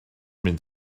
mynd